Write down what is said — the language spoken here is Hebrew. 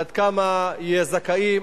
עד כמה יש זכאים,